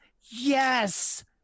yes